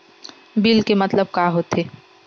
Bill के मतलब का होथे?